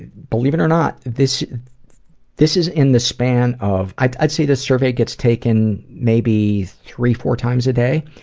believe it or not, this this is in the span of, i'd i'd say this survey gets taken maybe three, four times a day,